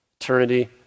eternity